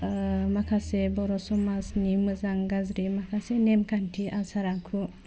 माखासे बर' समाजनि मोजां गाज्रि माखासे नेम खान्थि आसार आखु